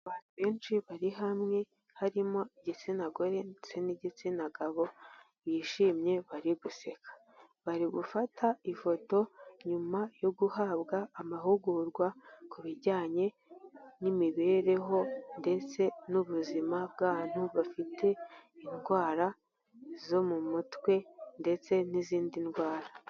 Abantu benshi bari hamwe harimo igitsina gore ndetse n'igitsina gabo bishimye bari guseka, bari gufata ifoto nyuma yo guhabwa amahugurwa ku bijyanye n'imibereho ndetse n'ubuzima bw'abantu bafite, indwara zo mu mutwe ndetse n'izindi ndwara.